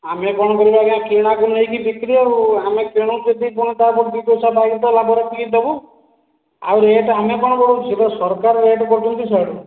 ଆମେ କଣ କରିବୁ ଆଜ୍ଞା କିଣା କୁ ନେଇକି ବିକ୍ରି ଆଉ ଆମେ କିଣୁ କିଛି ଦୁଇ ପଇସା ପାଇଁ ଲାଭ ରଖି ଦେବୁ ଆଉ ରେଟ୍ ଆମେ କଣ ବଢ଼ଉଛୁ ସେ ତ ସରକାର ରେଟ୍ କରିଦେଉଛି ସାର୍